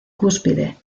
cúspide